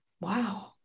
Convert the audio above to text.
Wow